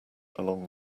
along